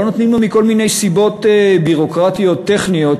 לא נותנים לו מכל מיני סיבות ביורוקרטיות טכניות,